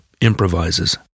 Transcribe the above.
improvises